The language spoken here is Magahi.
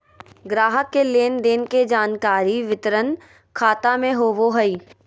ग्राहक के लेन देन के जानकारी वितरण खाता में होबो हइ